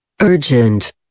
Urgent